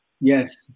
Yes